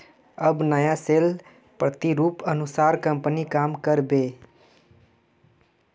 अब नया सेल्स प्रतिरूपेर अनुसार कंपनी काम कर बे